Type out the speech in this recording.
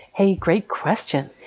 hey, great question,